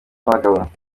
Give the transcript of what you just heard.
n’abagabo